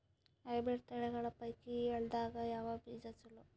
Hybrid ತಳಿಗಳ ಪೈಕಿ ಎಳ್ಳ ದಾಗ ಯಾವ ಬೀಜ ಚಲೋ?